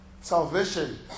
salvation